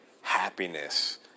happiness